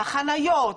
החניות,